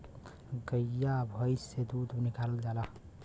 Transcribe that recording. गइया भईस से दूध निकालल जाला